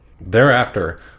Thereafter